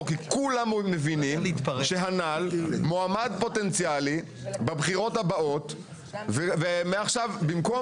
כי כולם מבינים שהנ"ל מועמד פוטנציאלי בבחירות הבאות ומעכשיו במקום